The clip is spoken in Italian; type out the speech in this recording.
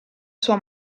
sua